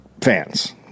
fans